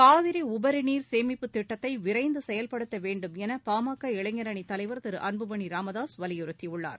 காவிரி உபரி நீர் சேமிப்புத் திட்டத்தை விரைந்து செயல்படுத்த வேண்டும் என பாமக இளைஞரணித் தலைவர் திரு அன்புமணி ராமதாஸ் வலியுறுத்தியுள்ளார்